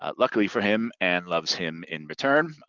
ah luckily for him ann loves him in return,